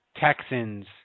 Texans